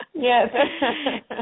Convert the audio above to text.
Yes